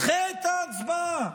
דחה את ההצבעה,